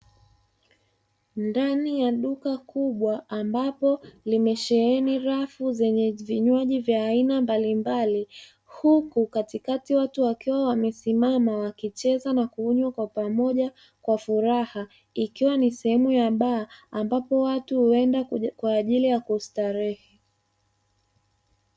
Ndani ya duka kubwa ambapo limesheheni rafu zenye vinywaji vya aina mbalimbali huku katikati watu wakiwa wamesimama wakicheza na kunywa kwa pamoja kwa furaha ikiwa ni sehemu ya baa ambapo watu huenda kwa ajili ya kustarehe.